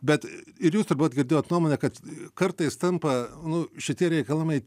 bet ir jūs turbūt girdėjot nuomonę kad kartais tampa nu šitie reikalavimai